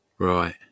Right